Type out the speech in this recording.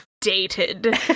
dated